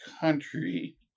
country